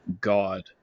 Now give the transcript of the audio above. god